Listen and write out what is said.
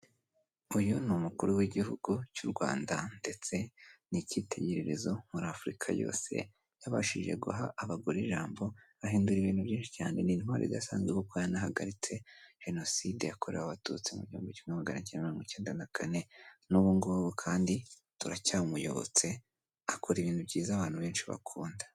Uyu ni umukuru w'igihugu cy'u Rwanda, ndetse n'icyitegererezo muri Afurika yose. Yabashije guha abagore ijambo bahindura ibintu byinshi cyane ni intwari idasanzwe kuko yanahagaritse Jenoside yakorewe Abatutsi mu gihumbi kimwe magana cyenda mirongo icyenda na kane, n'ubu ngubu kandi turacyamuyobotse akora ibintu byiza abantu benshi bakunda.